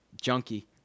junkie